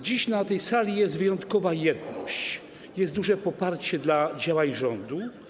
Dziś na sali jest wyjątkowa jedność, jest duże poparcie dla działań rządu.